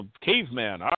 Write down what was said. caveman